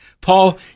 Paul